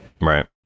Right